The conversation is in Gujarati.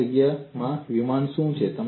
આ જગ્યામાં વિમાન શું છે